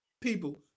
people